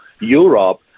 Europe